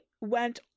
went